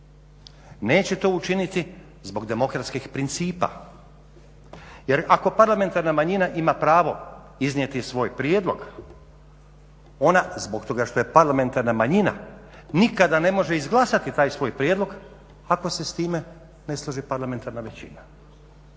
Neće to učiniti zbog demokratskih principa. Jer ako parlamentarna manjina ima pravo iznijeti svoj prijedlog ona zbog toga što je parlamentarna manjina nikada ne može izglasati taj svoj prijedlog ako se sa time ne složi parlamentarna većina.